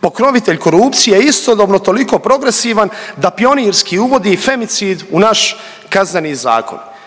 pokrovitelj korupcije istodobno toliko progresivan da pionirski uvodi femicid u naš Kazneni zakon.